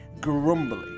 grumbly